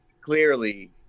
clearly